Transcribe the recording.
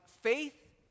faith